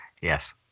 Yes